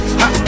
ha